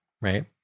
right